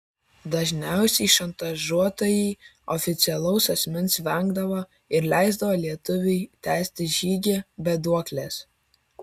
dažniausiai šantažuotojai oficialaus asmens vengdavo ir leisdavo lietuviui tęsti žygį be duoklės